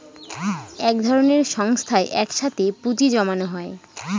এক ধরনের সংস্থায় এক সাথে পুঁজি জমানো হয়